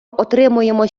отримуємо